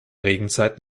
regenzeit